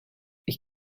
ich